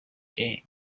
game